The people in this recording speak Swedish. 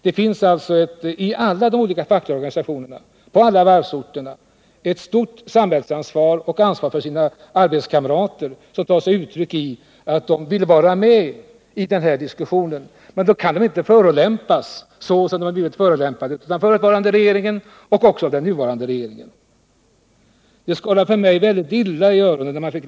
Det finns i alla de olika fackliga organistionerna, på alla varvsorterna, ett stort samhällsansvar och ett ansvar för arbetskamraterna som tar sig uttryck i att de önskar vara med i diskussionen. Då kan de inte förolämpas så som de förolämpats av den förutvarande regeringen och även av den nuvarande regeringen.